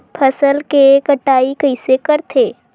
फसल के कटाई कइसे करथे?